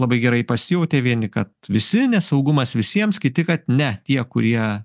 labai gerai pasijautė vieni kad visi nesaugumas visiems kiti kad ne tie kurie